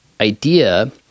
idea